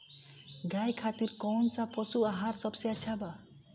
गाय खातिर कउन सा पशु आहार सबसे अच्छा बा?